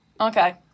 Okay